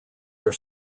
are